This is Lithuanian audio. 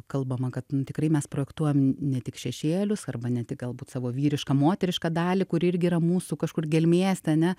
kalbama kad nu tikrai mes projektuojam ne tik šešėlius arba ne tik galbūt savo vyrišką moterišką dalį kuri irgi yra mūsų kažkur gelmėse ane